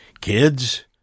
kids